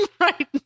right